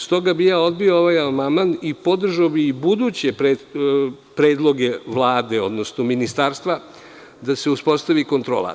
Stoga bih ja odbio ovaj amandman i podržao bih i buduće predloge Vlade, odnosno Ministarstva da se uspostavi kontrola.